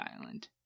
island